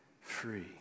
free